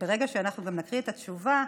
וברגע שאנחנו נקריא את התשובה,